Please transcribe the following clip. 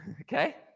Okay